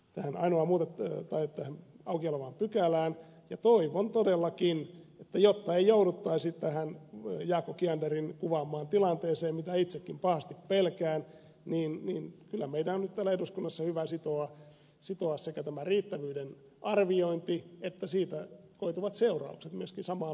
se on muutosesityksen tähän auki olevaan pykälään ja toivon todellakin että jotta ei jouduttaisi tähän jaakko kianderin kuvaamaan tilanteeseen mitä itsekin pahasti pelkään niin kyllä meidän on nyt täällä eduskunnassa hyvä sitoa sekä tämä riittävyyden arviointi että siitä koituvat seuraukset myöskin samaan pykälään